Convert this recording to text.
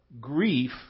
grief